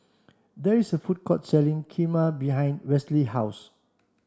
there is a food court selling Kheema behind Westley's house